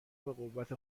بقوت